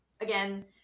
again